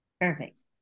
Perfect